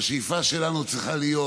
והשאיפה שלנו צריכה להיות